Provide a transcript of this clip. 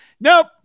Nope